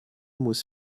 muss